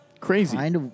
Crazy